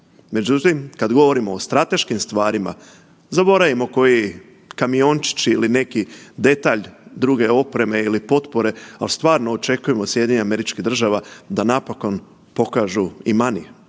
Međutim, kad govorimo o strateškim stvarima, zaboravimo koji kamiončić ili neki detalj druge opreme ili potpore, ali stvarno očekujem od SAD-a da napokon pokažu i money